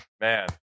Man